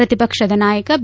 ಪ್ರತಿಪಕ್ಷದ ನಾಯಕ ಬಿ